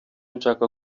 nshaka